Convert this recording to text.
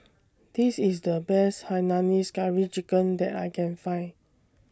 This IS The Best Hainanese Curry Chicken that I Can Find